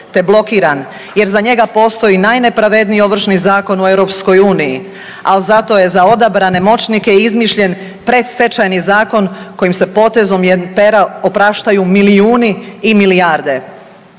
te blokiran jer za njega postoji najnepravedniji Ovršni zakon u Europskoj uniji, ali zato je za odabrane moćnike izmišljen predstečajni zakon koji se potezom pera opraštaju milijuni i milijarde.